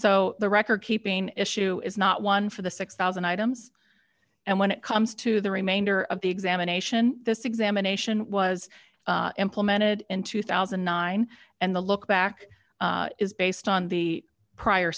so the record keeping issue is not one for the six thousand items and when it comes to the remainder of the examination this examination was implemented in two thousand and nine and the lookback is based on the prior